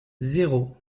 zéro